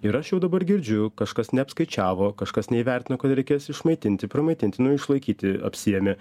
ir aš jau dabar girdžiu kažkas neapskaičiavo kažkas neįvertino kad reikės išmaitinti primaitinti nu išlaikyti apsiėmė